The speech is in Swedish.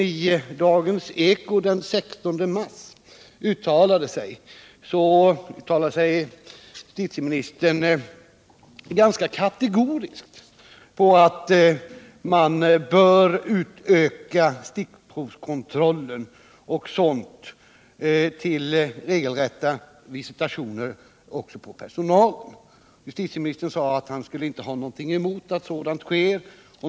I Dagens eko den 16 mars uttalade emellertid justitieministern ganska kategoriskt att man bör utöka stickprovskontrollen t.o.m. till regelrätta visitationer också av personalen. Justitieministern sade att han inte skulle ha något emot att sådant sker.